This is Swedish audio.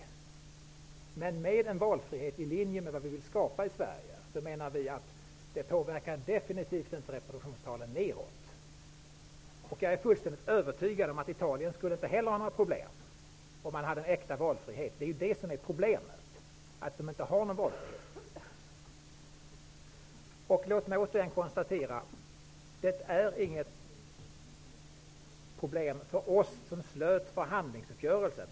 Vi menar att en valfrihet i linje med vad vi vill skapa i Sverige definitivt inte påverkar reproduktionstalen neråt. Jag är fullständigt övertygad om att man inte heller i Italien skulle ha några problem med detta om man hade en äkta valfrihet. Det är ju problemet, att man där inte har någon valfrihet. Låt mig återigen konstatera att det inte är något problem för oss som slöt förhandlingsuppgörelsen.